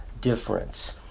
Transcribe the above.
difference